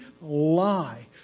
lie